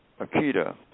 Akita